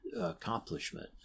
accomplishment